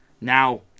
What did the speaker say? Now